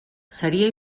seria